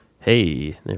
hey